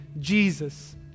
Jesus